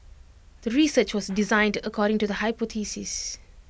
the research was designed according to the hypothesis